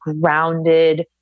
grounded